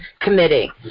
Committee